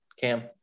Cam